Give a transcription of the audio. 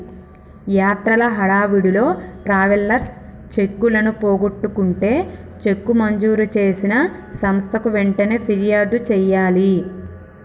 యాత్రల హడావిడిలో ట్రావెలర్స్ చెక్కులను పోగొట్టుకుంటే చెక్కు మంజూరు చేసిన సంస్థకు వెంటనే ఫిర్యాదు చేయాలి